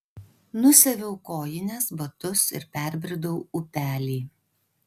nusiaviau kojines batus ir perbridau upelį